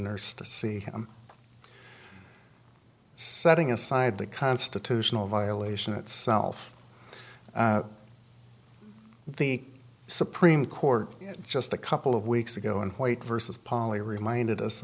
nurse to see him setting aside the constitutional violation itself the supreme court just a couple of weeks ago in white versus polly reminded us